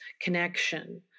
connection